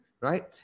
right